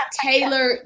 Taylor